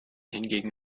hingegen